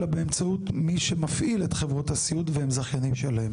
אלא באמצעות מי שמפעיל את חברות הסיעוד והם זכיינים שלהם